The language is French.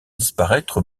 disparaître